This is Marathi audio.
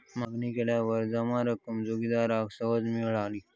मागणी केल्यावर जमा रक्कम जोगिंदराक सहज मिळाली